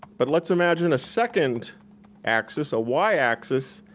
but let's imagine a second axis, a y axis,